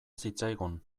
zitzaigun